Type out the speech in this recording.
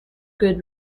good